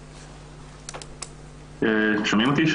בבקשה.